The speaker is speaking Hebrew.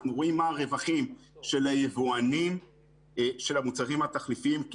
אנחנו רואים מהם הרווחים של היבואנים לגבי המוצרים התחליפיים.